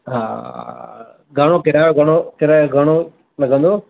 हा घणो किरायो घणो किरायो घणो लॻंदो